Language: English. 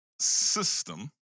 system